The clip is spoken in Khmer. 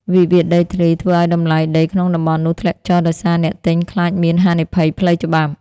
. វិវាទដីធ្លីធ្វើឱ្យតម្លៃដីក្នុងតំបន់នោះធ្លាក់ចុះ ដោយសារអ្នកទិញខ្លាចមានហានិភ័យផ្លូវច្បាប់។